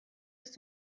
ist